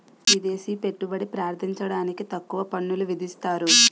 విదేశీ పెట్టుబడి ప్రార్థించడానికి తక్కువ పన్నులు విధిస్తారు